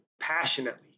passionately